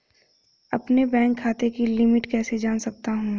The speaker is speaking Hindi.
अपने बैंक खाते की लिमिट कैसे जान सकता हूं?